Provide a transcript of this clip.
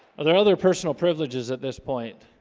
are there other personal privileges at this point